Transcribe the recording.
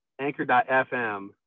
anchor.fm